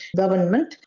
government